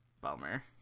Bummer